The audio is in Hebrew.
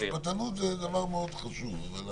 משפטנות זה דבר מאוד חשוב, אבל